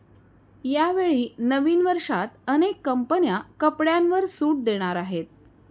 यावेळी नवीन वर्षात अनेक कंपन्या कपड्यांवर सूट देणार आहेत